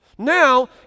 Now